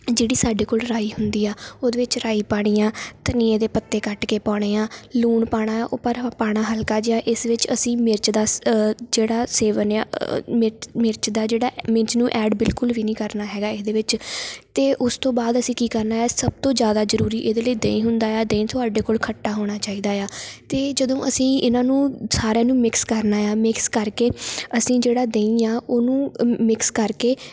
ਜਿਹੜੀ ਸਾਡੇ ਕੋਲ ਰਾਈ ਹੁੰਦੀ ਆ ਉਹਦੇ ਵਿੱਚ ਰਾਈ ਪਾਉਣੀ ਆ ਧਨੀਏ ਦੇ ਪੱਤੇ ਕੱਟ ਕੇ ਪਾਉਣੇ ਹੈ ਲੂਣ ਪਾਉਣਾ ਉਪਰ ਉਹ ਪਾਉਣਾ ਹਲਕਾ ਜਿਹਾ ਇਸ ਵਿੱਚ ਅਸੀਂ ਮਿਰਚ ਦਾ ਸ ਜਿਹੜਾ ਸੇਵਨ ਸ ਮਿਰਚ ਮਿਰਚ ਦਾ ਜਿਹੜਾ ਮਿਰਚ ਨੂੰ ਐਡ ਬਿਲਕੁਲ ਵੀ ਨਹੀਂ ਕਰਨਾ ਹੈਗਾ ਇਹ ਦੇ ਵਿੱਚ ਅਤੇ ਉਸ ਤੋਂ ਬਾਅਦ ਅਸੀਂ ਕੀ ਕਰਨਾ ਆ ਸਭ ਤੋਂ ਜ਼ਿਆਦਾ ਜ਼ਰੂਰੀ ਇਹਦੇ ਲਈ ਦਹੀਂ ਹੁੰਦਾ ਆ ਦਹੀਂ ਤੁਹਾਡੇ ਕੋਲ ਖੱਟਾ ਹੋਣਾ ਚਾਹੀਦਾ ਆ ਅਤੇ ਜਦੋਂ ਅਸੀਂ ਇਹਨਾਂ ਨੂੰ ਸਾਰਿਆਂ ਨੂੰ ਮਿਕਸ ਕਰਨਾ ਆ ਮਿਕਸ ਕਰਕੇ ਅਸੀਂ ਜਿਹੜਾ ਦਹੀਂ ਆ ਉਹਨੂੰ ਮਿਕਸ ਕਰਕੇ